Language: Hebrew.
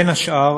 בין השאר